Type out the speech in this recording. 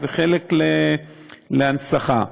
וחלק להנצחה,